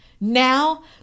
Now